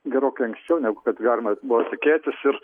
gerokai anksčiau negu kad galima buvo tikėtis ir